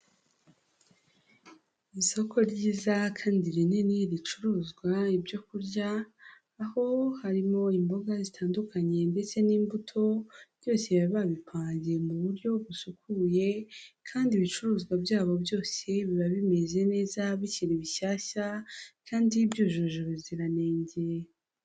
Isoko ryiza kandi rinini ricuruzwa ibyo kurya, aho harimo imboga zitandukanye ndetse n'imbuto, byose baba babipange mu buryo busukuye kandi ibicuruzwa byabo byose biba bimeze neza bikiri bishyashya kandi byujuje ubuziranenge.